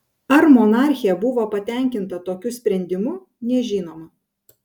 ar monarchė buvo patenkinta tokiu sprendimu nežinoma